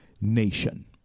nation